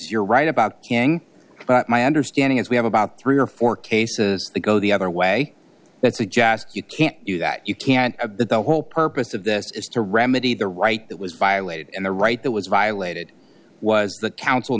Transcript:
you're right about but my understanding is we have about three or four cases that go the other way that suggest you can't do that you can't have that the whole purpose of this is to remedy the right that was violated and the right that was violated was the coun